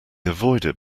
avoided